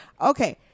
okay